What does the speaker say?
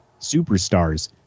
superstars